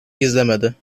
gizlemedi